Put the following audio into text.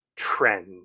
trend